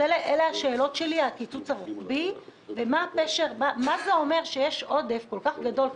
אלה השאלות שלי: הקיצוץ הרוחבי ומה זה אומר שיש עודף כל כך גדול,